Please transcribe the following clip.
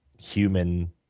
human